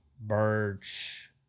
birch